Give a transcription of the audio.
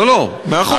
מאה אחוז.